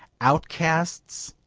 outcasts,